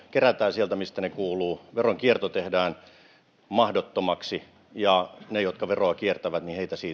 sieltä mistä ne kuuluu veronkierto tehdään mahdottomaksi ja ne jotka veroa kiertävät